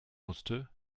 musste